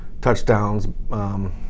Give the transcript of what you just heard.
touchdowns